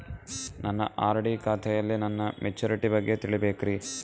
ನನ್ನ ಆರ್.ಡಿ ಖಾತೆಯಲ್ಲಿ ನನ್ನ ಮೆಚುರಿಟಿ ಬಗ್ಗೆ ತಿಳಿಬೇಕ್ರಿ